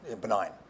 benign